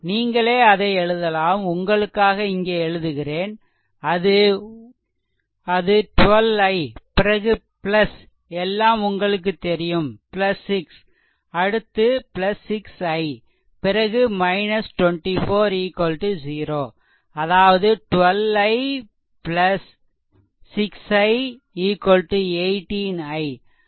நீங்களே அதை எழுதலாம் உங்களுக்காக இங்கே எழுதுகிறேன் அது 12 I பிறகு எல்லாம் உங்களுக்கு தெரியும் 6 அடுத்து 6 I பிறகு 24 0 அதாவது 12 i 6 i 18 i